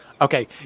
Okay